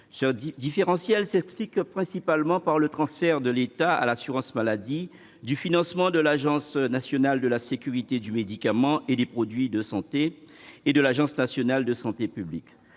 Ce différentiel s'explique principalement par le transfert, de l'État à l'assurance maladie, du financement de l'Agence nationale de la sécurité du médicament et des produits de santé et de l'Agence nationale de santé publique.